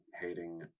hating